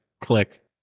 click